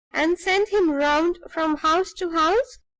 and send him round from house to house,